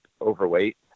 overweight